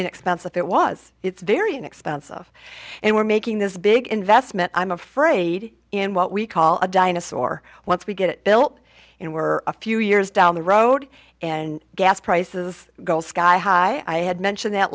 expensive it was it's very inexpensive and we're making this big investment i'm afraid in what we call a dinosaur once we get it built and we're a few years down the road and gas prices go sky high i had mentioned that